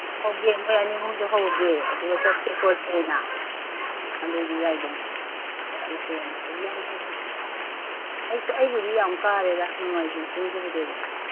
ꯃꯣꯏ ꯑꯅꯤ ꯑꯍꯨꯝꯁꯨ ꯍꯧꯔꯒꯦ ꯑꯗꯨꯒ ꯆꯠꯁꯦ ꯈꯣꯠꯁꯦꯅ ꯑꯗꯨꯏꯗꯤ ꯌꯥꯏꯗꯅ ꯆꯠꯂꯁꯦꯅ ꯑꯩꯕꯨꯗꯤ ꯌꯥꯝ ꯀꯥꯔꯦꯗ ꯅꯣꯡꯃꯥꯏꯖꯤꯡ ꯆꯤꯡꯁꯤꯕꯨꯗꯤ ꯑꯗꯨꯝ